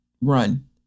run